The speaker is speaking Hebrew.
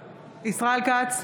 כץ,